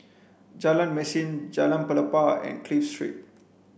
Jalan Mesin Jalan Pelepah and Clive Street